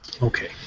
Okay